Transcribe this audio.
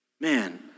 Man